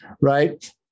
right